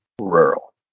rural